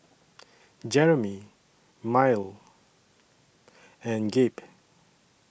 Jeromy Myrle and Gabe